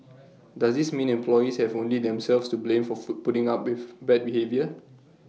does this mean employees have only themselves to blame for food putting up with bad behaviour